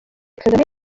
kagame